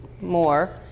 more